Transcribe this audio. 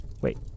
wait